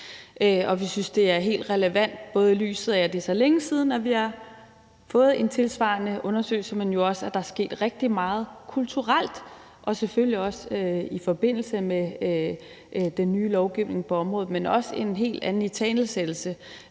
Vi synes, det er helt relevant, både set i lyset af at det er så længe siden, vi har fået en tilsvarende undersøgelse, men jo også, at der er sket rigtig meget kulturelt og selvfølgelig også i forbindelse med den nye lovgivning på området, og der er også en helt anden italesættelse